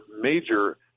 major